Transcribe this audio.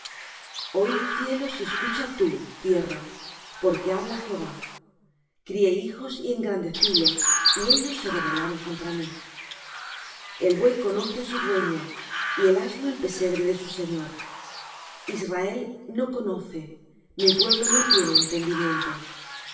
oid cielos y escucha tú tierra porque habla jehová crié hijos y engrandecílos y ellos se rebelaron contra mí el buey conoce á su dueño y el asno el pesebre de su señor israel no conoce mi pueblo no tiene entendimiento